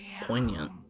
Poignant